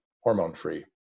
hormone-free